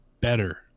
better